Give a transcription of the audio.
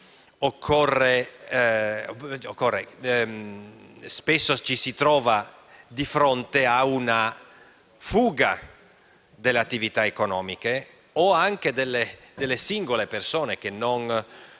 è attiva spesso ci si trova di fronte a una fuga delle attività economiche o anche delle singole persone che, non